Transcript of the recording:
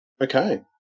Okay